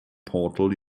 portal